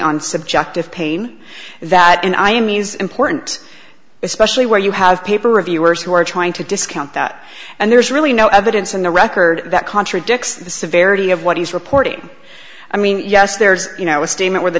subjective pain that and i am means important especially where you have paper reviewers who are trying to discount that and there's really no evidence in the record that contradicts the severity of what he's reporting i mean yes there's you know a statement where the